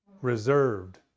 reserved